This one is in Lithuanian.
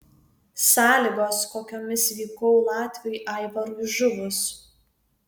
sąlygos kokiomis vykau latviui aivarui žuvus